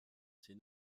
ses